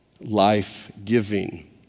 life-giving